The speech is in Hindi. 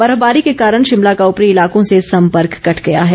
बर्फबारी के कारण शिमला का ऊपरी इलाकों से सम्पर्क कट गया है